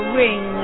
ring